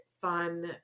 fun